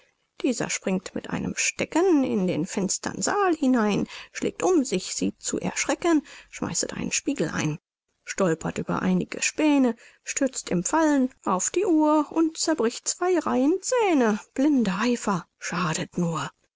dieser springt mit einem stecken in den finstern saal hinein schlägt um sich sie zu erschrecken schmeißet einen spiegel ein stolpert über einige späne stürzt im fallen auf die uhr und zerbricht zwei reihen zähne blinder eifer schadet nur